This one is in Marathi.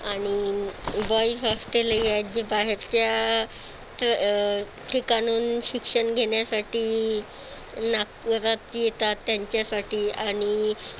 आणि बॉईज हॉस्टेलही आहेत ज्या बाहेरच्या ठिकाणाहून शिक्षण घेण्यासाठी नागपुरात येतात त्यांच्यासाठी